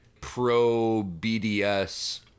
pro-BDS